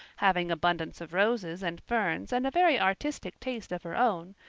having abundance of roses and ferns and a very artistic taste of her own,